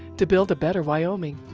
to build a better wyoming.